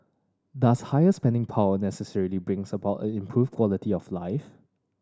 does higher spending power necessarily bring about an improved quality of life